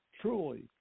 truly